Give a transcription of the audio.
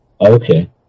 okay